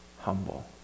humble